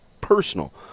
personal